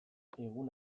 egun